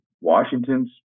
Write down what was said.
Washington's